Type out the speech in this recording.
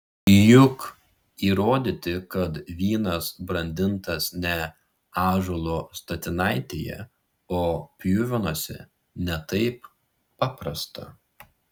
juk įrodyti kad vynas brandintas ne ąžuolo statinaitėje o pjuvenose ne taip paprasta